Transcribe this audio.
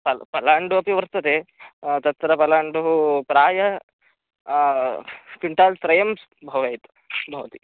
पल् पलाण्डु अपि वर्तते तत्र पलाण्डुः प्राय क्विण्टाल् त्रयं भवेत् भवति